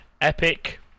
Epic